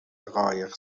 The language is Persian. قایق